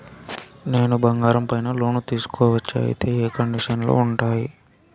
నేను బంగారం పైన లోను తీసుకోవచ్చా? అయితే ఏ కండిషన్లు ఉంటాయి?